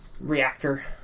reactor